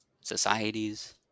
societies